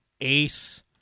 ACE